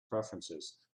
preferences